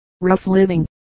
rough-living